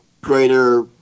greater